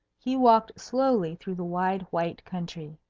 he walked slowly through the wide white country.